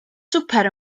swper